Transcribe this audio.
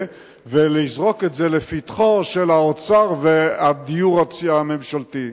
ולזרוק את זה לפתח האוצר והדיור הממשלתי?